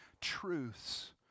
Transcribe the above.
truths